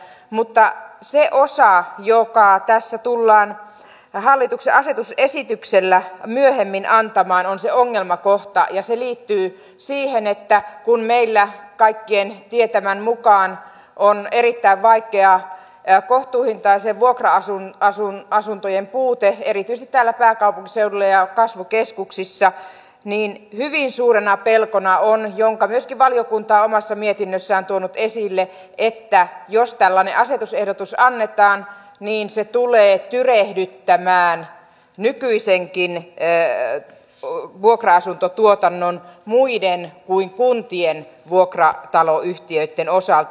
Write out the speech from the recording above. mutta se osa joka tässä tullaan hallituksen asetusesityksellä myöhemmin antamaan on se ongelmakohta ja se liittyy siihen että kun meillä kaikkien tietämän mukaan on erittäin vaikea kohtuuhintaisten vuokra asuntojen puute erityisesti täällä pääkaupunkiseudulla ja kasvukeskuksissa niin hyvin suurena pelkona on minkä myöskin valiokunta omassa mietinnössään on tuonut esille että jos tällainen asetusehdotus annetaan niin se tulee tyrehdyttämään nykyisenkin vuokra asuntotuotannon muiden kuin kuntien vuokrataloyhtiöitten osalta